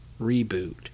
reboot